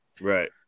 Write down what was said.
right